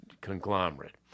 conglomerate